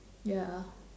ya